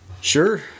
Sure